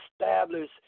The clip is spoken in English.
establish